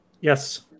Yes